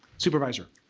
supervisor.